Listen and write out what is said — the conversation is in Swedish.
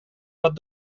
vad